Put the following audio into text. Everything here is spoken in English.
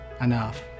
enough